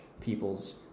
people's